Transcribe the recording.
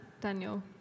Daniel